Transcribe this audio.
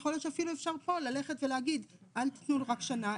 יכול להיות שאפשר פה ללכת ולהגיד אל תיתנו רק שנה,